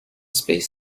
space